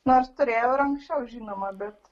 nors turėjau ir anksčiau žinoma bet